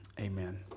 Amen